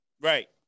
Right